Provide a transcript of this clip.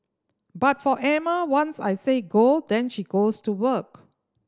but for Emma once I say go then she goes to work